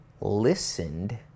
listened